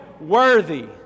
worthy